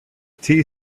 tea